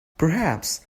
perhaps